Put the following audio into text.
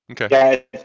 okay